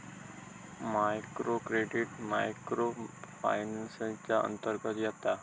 micro credit micro finance च्या अंतर्गत येता